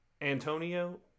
Antonio